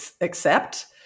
accept